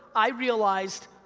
i realized,